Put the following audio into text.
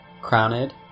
crowned